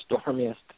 stormiest